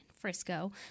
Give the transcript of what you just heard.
Frisco